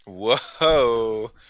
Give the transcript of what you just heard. whoa